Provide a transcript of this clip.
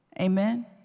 Amen